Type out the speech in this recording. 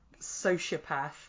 sociopath